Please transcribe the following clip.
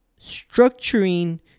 Structuring